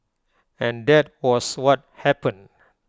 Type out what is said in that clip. and that was what happened